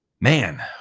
man